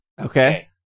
Okay